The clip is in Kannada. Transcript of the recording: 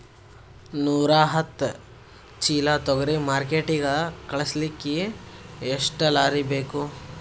ನೂರಾಹತ್ತ ಚೀಲಾ ತೊಗರಿ ಮಾರ್ಕಿಟಿಗ ಕಳಸಲಿಕ್ಕಿ ಎಷ್ಟ ಲಾರಿ ಬೇಕು?